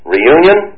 Reunion